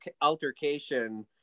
altercation